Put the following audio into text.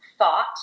thought